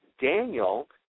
Daniel